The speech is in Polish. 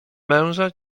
męża